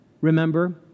Remember